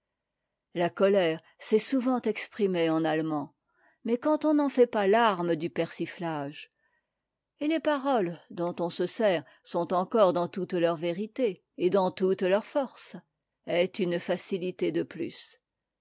la colère s'est souvent exprimée en allemand mais on n'en a pas fait l'arme du persiflage et les paroles dont on se sert sont encore dans toute leur vérité et dans toute leur force c'est une facilité de plus